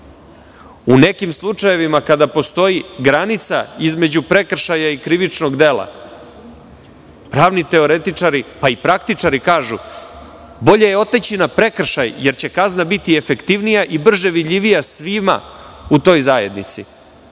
u nekim slučajevima kada postoji granica između prekršaja i krivičnog dela, pravni teoretičari pa i praktičari kažu – bolje je otići na prekršaj jer će kazna biti efektivnija i brže vidljivija svima u toj zajednici,